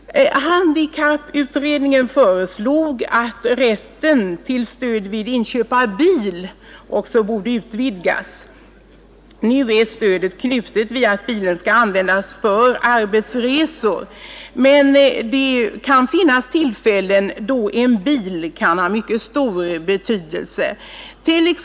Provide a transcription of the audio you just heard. Handikapputredningen föreslog att rätten till stöd vid inköp av bil också borde utvidgas. Nu är stödet knutet vid att bilen skall användas för arbetsresor. Men det kan finnas tillfällen då en bil kan ha mycket stor betydelse.